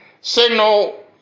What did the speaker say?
signal